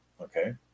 Okay